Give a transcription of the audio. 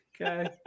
Okay